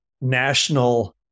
national